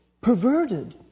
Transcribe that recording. perverted